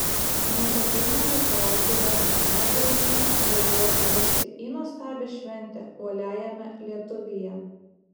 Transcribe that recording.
nes ateinančio savaitgalio nykuma vilniuje žadėjo pavirsti į nuostabią šventę uoliajame lietuvyje